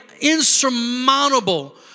insurmountable